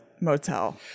motel